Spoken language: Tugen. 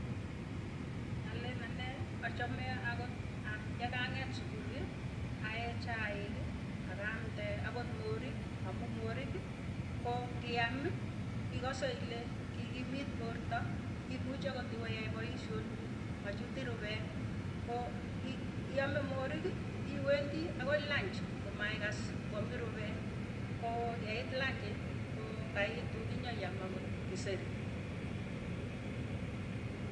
Alen anee achame akot a yekang'eet supui, ae chaiki akamde akot morik amu moriki koo ngiami ikase ile kikimit porta. Imuchi akot iwee iai paisyonikuk machutin rupee, koo i iame moriki, iwendi akoi lunch komaikas kwamin rupee. Koo yeit lunch ko kaitu inyoiam akot kiseri.